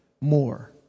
more